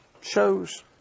shows